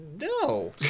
No